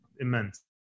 immense